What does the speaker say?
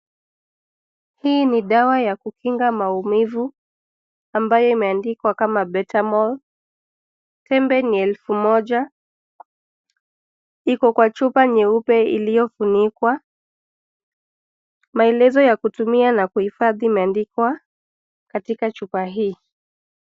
Hii ni dawa ya kukinga maumivu ambayo imeandikwa kama Betamol. Tembe ni elfu moja. Iko kwa chupa nyeupe iliyofunikwa. Maelezo ya kutumia na kuhifadhi imeandikwa katika chupa hii.